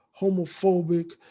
homophobic